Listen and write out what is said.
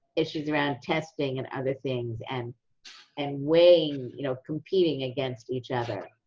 issues around testing and other things, and and weighing, you know, competing against each other,